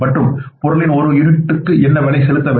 மற்றும் பொருளின் ஒரு யூனிட்டுக்கு என்ன விலை செலுத்த வேண்டும்